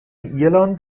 irland